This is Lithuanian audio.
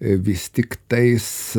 vis tiktais